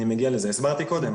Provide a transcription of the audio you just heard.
הסברתי קודם.